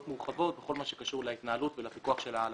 מורחבות בכל מה שקשור להתנהלות ולפיקוח שלה.